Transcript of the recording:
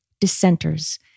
dissenters